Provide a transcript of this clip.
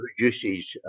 reduces